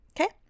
Okay